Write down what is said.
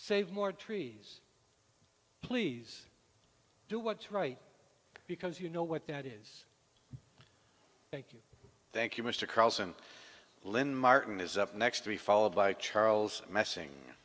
save more trees please do what's right because you know what that is thank you thank you mr carlson lynn martin is up next three followed by charles messing